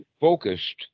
focused